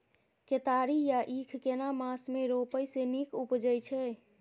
केतारी या ईख केना मास में रोपय से नीक उपजय छै?